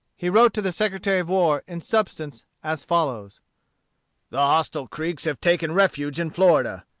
he wrote to the secretary of war, in substance, as follows the hostile creeks have taken refuge in florida.